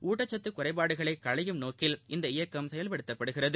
ஊட்டச்சத்து குறைபாடுகளை களையும் நோக்கில் இந்த இயக்கம் செயல்படுத்தப்படுகிறது